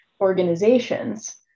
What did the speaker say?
organizations